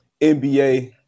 NBA